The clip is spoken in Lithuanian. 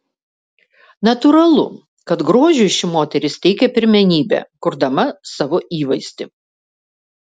natūralu kad grožiui ši moteris teikia pirmenybę kurdama savo įvaizdį